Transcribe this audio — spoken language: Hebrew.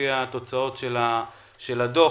לפי תוצאות הדוח,